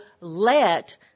let